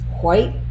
white